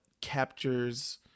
captures